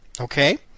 Okay